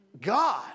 God